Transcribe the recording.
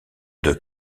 deux